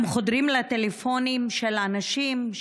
הם חודרים לטלפונים של אנשים,